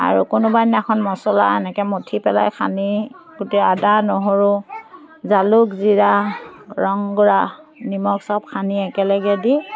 আৰু কোনোবা দিনাখন মছলা এনেকৈ মথি পেলাই সানি গোটেই আদা নহৰু জালুক জিৰা ৰংগুড়া নিমখ চব সানি একেলগে দি